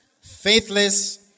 faithless